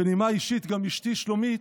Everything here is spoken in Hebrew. בנימה אישית, גם אשתי, שלומית,